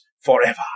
forever